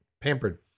pampered